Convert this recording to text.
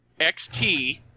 XT